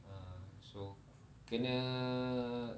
ah so kena